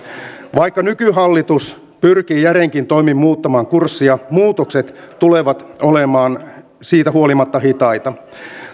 vaikka nykyhallitus pyrkii järeinkin toimin muuttamaan kurssia muutokset tulevat olemaan siitä huolimatta hitaita